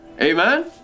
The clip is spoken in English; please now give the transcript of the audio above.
Amen